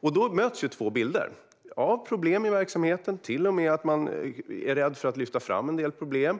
Där möts alltså två bilder: detta och att det finns problem i verksamheten - till och med att man är rädd för att lyfta fram en del problem.